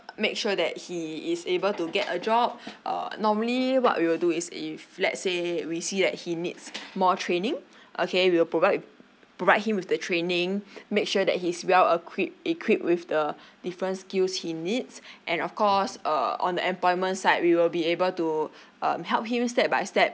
make sure that he is able to get a job uh normally what we'll do is if let's say we see that he needs more training okay we will provide provide him with the training make sure that he's well equip equipped with the different skills he needs and of course uh on the employment side we will be able to um help him step by step